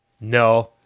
no